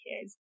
kids